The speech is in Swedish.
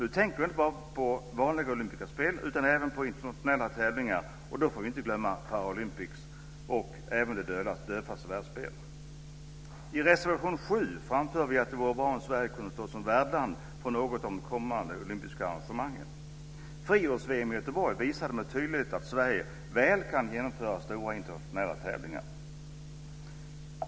Nu tänker jag inte bara på vanliga olympiska spel utan även på andra internationella tävlingar, och då får vi inte glömma Paralympics och Dövas världsspel. I reservation 7 framför vi att det vore bra om Sverige kunde stå som värdland för något av de kommande olympiska arrangemangen. Friidrotts-VM i Göteborg visade med tydlighet att Sverige väl kan genomföra stora internationella tävlingar.